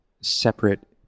separate